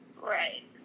Right